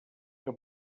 que